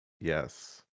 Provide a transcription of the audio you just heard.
yes